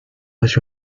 was